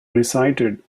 recited